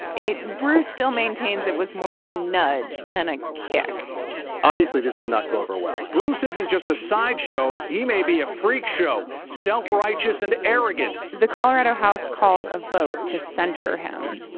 bruce still maintains it was more of a nudge than a kick obviously, this did not go over well bruce isn't just a sideshow he may be a freak show, self-righteous and arrogant the colorado house calls a vote to censure him.